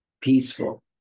peaceful